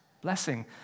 blessing